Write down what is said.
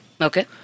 Okay